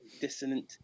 dissonant